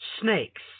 snakes